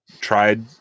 tried